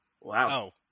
Wow